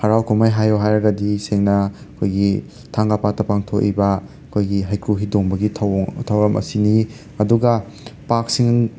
ꯍꯔꯥꯎ ꯀꯨꯝꯍꯩ ꯍꯥꯏꯌꯣ ꯍꯥꯏꯔꯒꯗꯤ ꯁꯦꯡꯅ ꯑꯩꯈꯣꯏꯒꯤ ꯊꯥꯡꯒꯄꯥꯠꯇ ꯄꯥꯡꯊꯣꯛꯏꯕꯥ ꯑꯩꯈꯣꯏꯒꯤ ꯍꯩꯀ꯭ꯔꯨ ꯍꯤꯗꯣꯡꯕꯒꯤ ꯊꯧꯋꯣꯡ ꯊꯧꯔꯝ ꯑꯁꯤꯅꯤ ꯑꯗꯨꯒ ꯄꯥꯛꯁꯤꯡ